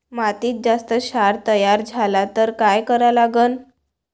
मातीत जास्त क्षार तयार झाला तर काय करा लागन?